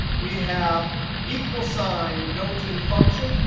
we have equals sign, built in function.